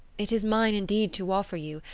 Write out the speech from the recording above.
it is mine indeed to offer you,